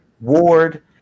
ward